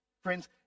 friends